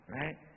right